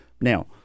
now